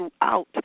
throughout